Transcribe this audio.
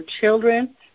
children